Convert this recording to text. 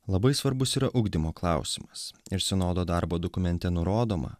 labai svarbus yra ugdymo klausimas ir sinodo darbo dokumente nurodoma